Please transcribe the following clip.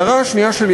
ההערה השנייה שלי,